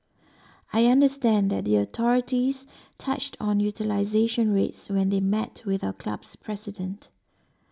I understand that the authorities touched on utilisation rates when they met with our club's president